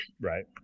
Right